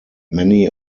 many